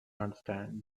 understand